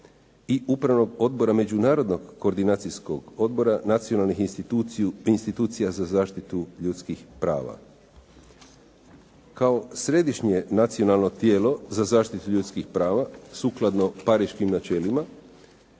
i upravnog odbora međunarodnog koordinacijskog odbora, nacionalnih institucija za zaštitu ljudskih prava. Kao središnje nacionalno tijelo za zaštitu ljudskih prava sukladno pariškim načelima,